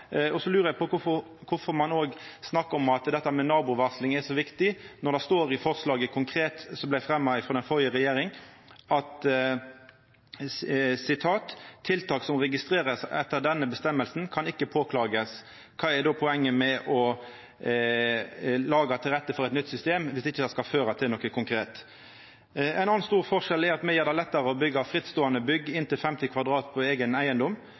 er så viktig, når det står konkret i forslaget som vart fremja av den førre regjeringa: «Tiltak som registreres etter denne bestemmelse kan ikke påklages.» Kva er poenget med å leggja til rette for eit nytt system, dersom det ikkje skal føra til noko konkret? Ein annan stor forskjell er at me gjer det lettare å byggja frittståande bygg på inntil 50 m2 på eigen eigedom.